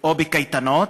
או בקייטנות.